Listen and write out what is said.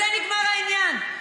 אם נעשו דברים לא בסדר בכנסת,